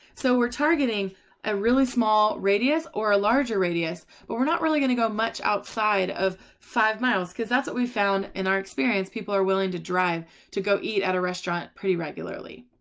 so we're targeting a really small radius or a larger radius. but were not really going to go much outside of five miles. cause that's what we found in our experience people are. willing to drive to go eat at a restaurant pretty regularly.